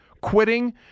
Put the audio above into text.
quitting